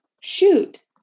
shoot